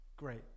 Great